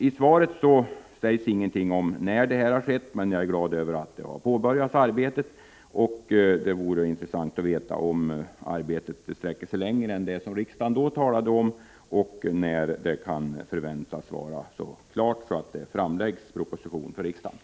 I svaret sägs ingenting om när den fortsatta behandlingen har skett, men jag är glad över att den har påbörjats. Det vore intressant att få veta om arbetet sträcker sig längre än det riksdagen då talade om och när det kan förväntas vara så klart att det framläggs proposition för riksdagen.